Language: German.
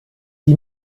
die